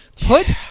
Put